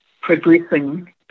progressing